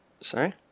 Sorry